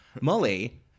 Molly